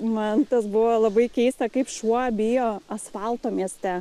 man tas buvo labai keista kaip šuo bijo asfalto mieste